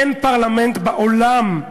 אין פרלמנט בעולם,